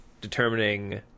determining